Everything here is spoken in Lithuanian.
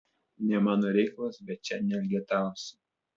ne mano reikalas bet čia neelgetausi